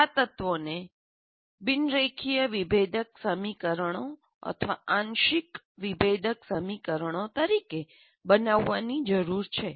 આ તત્વોને બિન રેખીય વિભેદક સમીકરણો અથવા આંશિક વિભેદક સમીકરણો તરીકે બનાવવાની જરૂર છે